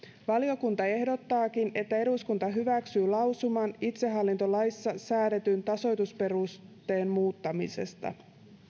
valiokunta ehdottaakin että eduskunta hyväksyy lausuman itsehallintolaissa säädetyn tasoitusperusteen muuttamisesta